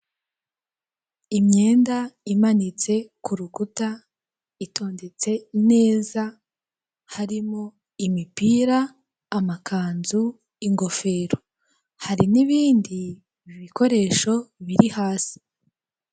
Imyenda imanitse ku rukuta itondetse neza harimo; imipira, amakanzu, ingofero, hari n'ibindi bikoresho biri hasi.